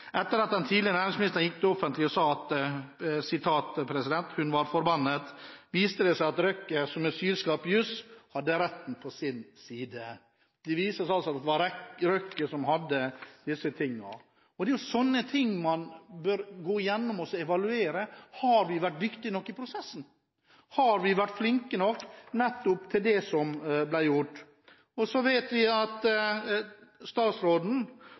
seg at Røkke, som er sylskarp i jus, hadde retten på sin side. Det viste seg altså at det var Røkke som hadde rett i disse tingene. Det er sånne ting man bør gå igjennom og evaluere: Har vi vært dyktige nok i prosessen? Har vi vært flinke nok til nettopp det som ble gjort? Vi vet at statsråden